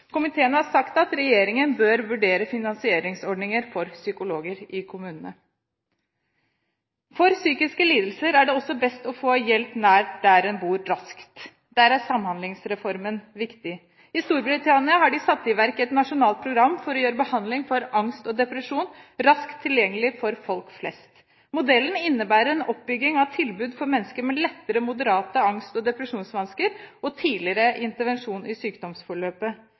Komiteen har sagt at regjeringen bør vurdere finansieringsordninger for psykologer i kommunene. For psykiske lidelser er det også best å få hjelp nær der en bor, raskt. Der er Samhandlingsreformen viktig. I Storbritannia har de satt i verk et nasjonalt program for å gjøre behandling for angst og depresjon raskt tilgjengelig for folk flest. Modellen innebærer en oppbygging av tilbud for mennesker med lettere og moderate angst- og depresjonsvansker og tidligere intervensjon i sykdomsforløpet.